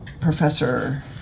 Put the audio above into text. Professor